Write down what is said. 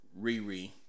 riri